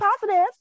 positive